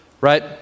right